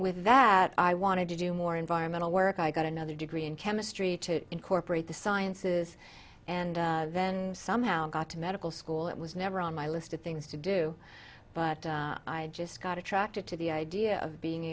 with that i wanted to do more environmental work i got another degree in chemistry to incorporate the sciences and then somehow got to medical school it was never on my list of things to do but i just got attracted to the idea of being